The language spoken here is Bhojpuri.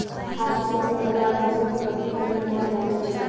हाथ से सोहनी करे आउर मशीन से कटनी करे मे कौन जादे अच्छा बा?